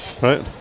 Right